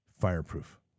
Fireproof